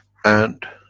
and